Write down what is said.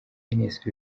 ines